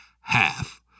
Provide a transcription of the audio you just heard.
half